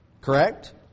Correct